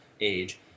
age